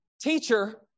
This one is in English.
teacher